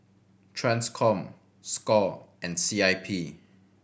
Transcom score and C I P